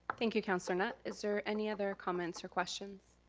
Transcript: thank you councilor knutt. is there any other comments or questions?